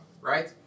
right